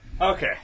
Okay